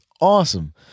awesome